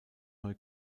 neu